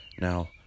Now